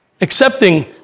Accepting